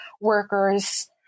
workers